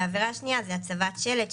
והעבירה השנייה זה הצבת שלט,